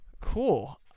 cool